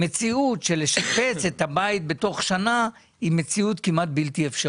המציאות של לשפץ את הבית בתוך שנה היא מציאות כמעט בלתי אפשרית.